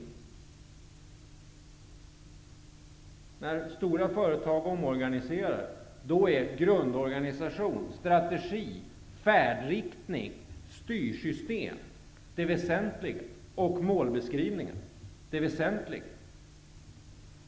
När stora företag omorganiserar, då är grundorganisation, strategi, färdriktning, styrsystem och målbeskrivningar det väsentliga.